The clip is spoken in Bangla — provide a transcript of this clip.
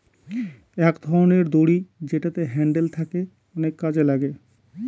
এক ধরনের দড়ি যেটাতে হ্যান্ডেল থাকে অনেক কাজে লাগে